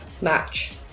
match